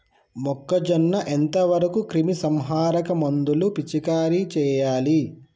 మొక్కజొన్న ఎంత వరకు క్రిమిసంహారక మందులు పిచికారీ చేయాలి?